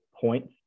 points